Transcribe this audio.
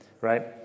right